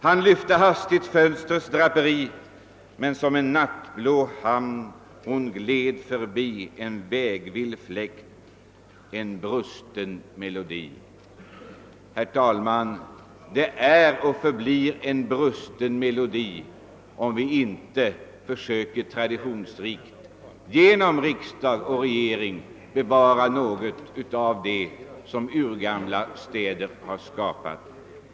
Han lyfte hastigt fönstrets draperi; men som en nattblå hamn hon gled förbi, en vägvill fläkt, en brusten melodi. Herr talman! Det är och förblir en brusten melodi, om inte regering och riksdag försöker bevara något av de traditioner som urgamla städer har skapat.